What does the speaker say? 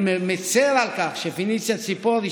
אני מצר על כך שפניציה ציפורי,